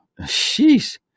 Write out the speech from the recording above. Sheesh